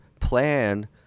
plan